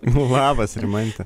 labas rimante